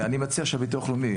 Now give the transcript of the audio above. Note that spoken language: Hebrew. אני מציע שהביטוח הלאומי,